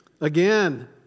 again